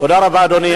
תודה רבה, אדוני.